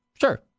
sure